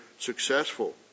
successful